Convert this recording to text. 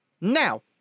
Now